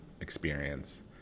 experience